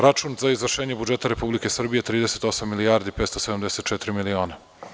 Račun za izvršenje budžeta Republike Srbije 38 milijardi 574 miliona.